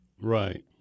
Right